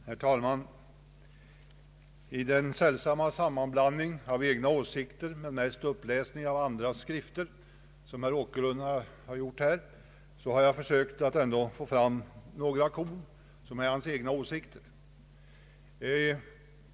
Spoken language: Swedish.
Herr talman! I den sällsamma sammanblandning av egna åsikter och mest uppläsning av andras skrifter som herr Åkerlund här har gjort har jag försökt att ändå få fram några korn som är hans egna åsikter.